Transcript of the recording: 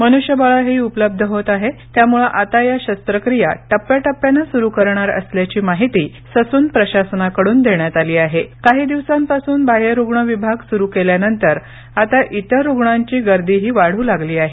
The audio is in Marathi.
मनुष्यबळही उपलब्ध होत आहे त्यामुळे आता या शस्त्रक्रिया टप्य्याटप्यानं सुरू करणार असल्याचीमाहिती ससून प्रशासनाकडून देण्यात आली आहे काही दिवसांपासून बाह्यरुण विभाग सुरू केल्यानंतर आता इतर रुग्णांची गर्दीही वाढू लागली आहे